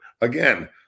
again